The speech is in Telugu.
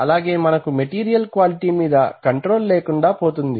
అలాగే మనకు మెటీరియల్ క్వాలిటీ మీద కంట్రోల్ లేకుండా పోతుంది